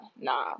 nah